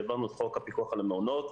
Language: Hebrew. כשהעברנו את חוק הפיקוח על המעונות,